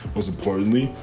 most importantly.